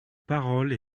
parole